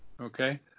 okay